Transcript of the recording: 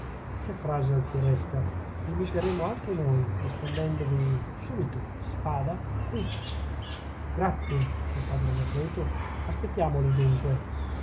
che frase alfieresca v'imiteremo anche noi rispondendovi subito spada qui grazie disse il padre anacleto aspettiamoli dunque